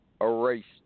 erased